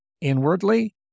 inwardly